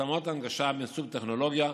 התאמות הנגשה מסוג טכנולוגיה: